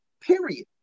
period